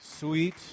Sweet